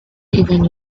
even